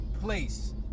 place